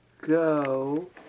go